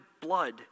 blood